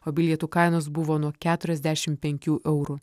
o bilietų kainos buvo nuo keturiasdešimt penkių eurų